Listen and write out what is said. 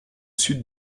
sud